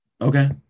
Okay